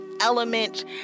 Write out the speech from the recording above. element